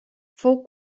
fou